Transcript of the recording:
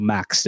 Max